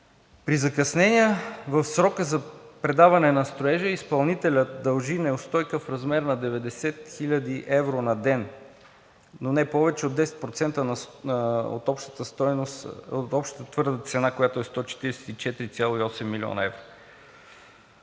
При закъснение в срока за предаване на строежа изпълнителят дължи неустойка в размер на 90 хил. евро на ден, но не повече от 10% от общата твърда цена, която е 144,8 млн. евро.